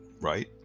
right